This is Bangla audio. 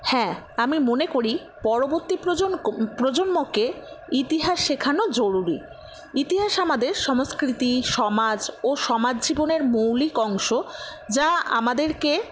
হ্যাঁ আমি মনে করি পরবর্তী প্রজন্মকে ইতিহাস শেখানো জরুরী ইতিহাস আমাদের সংস্কৃতি সমাজ ও সমাজ জীবনের মৌলিক অংশ যা আমাদেরকে